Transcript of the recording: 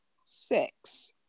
Six